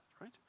right